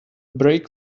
brake